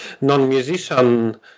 non-musician